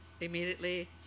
immediately